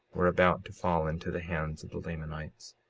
were about to fall into the hands of the lamanites